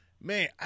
man